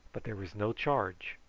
but there was no charge,